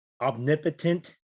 omnipotent